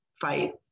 fight